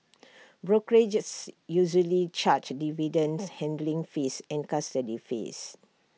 brokerages usually charge dividend handling fees and custody fees